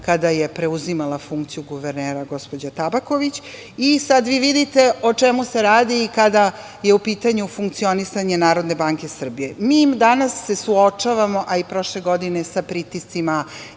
kada je preuzimala funkciju guvernera gospođa Tabaković. Sada vi vidite o čemu se radi kada je u pitanju funkcionisanje NBS.Danas se suočavamo, a i prošle godine, sa pritiscima